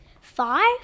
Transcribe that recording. five